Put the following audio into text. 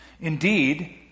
Indeed